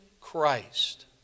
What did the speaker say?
Christ